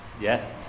Yes